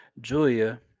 Julia